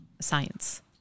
science